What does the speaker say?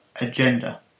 agenda